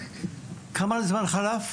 כמה זמן חלף?